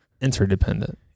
interdependent